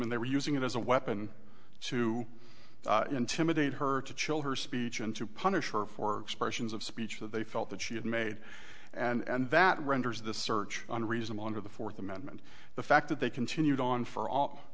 and they were using it as a weapon to intimidate her to chill her speech and to punish her for expressions of speech that they felt that she had made and that renders the search on reasonable under the fourth amendment the fact that they continued on for all